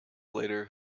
later